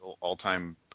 all-time –